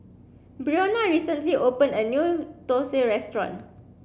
Breonna recently opened a new Dosa restaurant